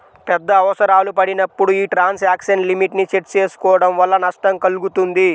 పెద్ద అవసరాలు పడినప్పుడు యీ ట్రాన్సాక్షన్ లిమిట్ ని సెట్ చేసుకోడం వల్ల నష్టం కల్గుతుంది